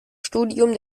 studium